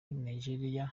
nigeria